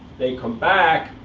they come back